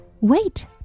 Wait